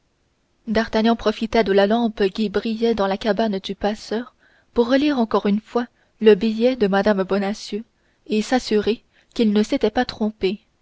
d'artagnan profita de la lampe qui brillait dans la cabane du passeur pour relire encore une fois le billet de mme bonacieux et s'assurer qu'il ne s'était pas trompé